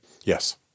Yes